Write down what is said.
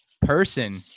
person –